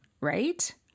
right